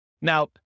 Now